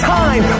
time